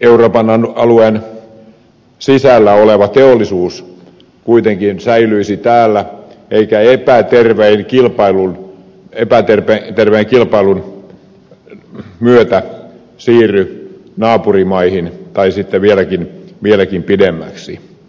euroopan alueen sisällä oleva teollisuus kuitenkin säilyisi täällä eikä epäterveen kilpailun myötä siirry naapurimaihin tai sitten vieläkin pidemmälle